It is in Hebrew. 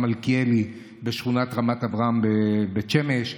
מלכיאלי בשכונת רמת אברהם בבית שמש.